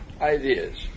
ideas